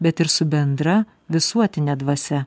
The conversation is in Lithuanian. bet ir su bendra visuotine dvasia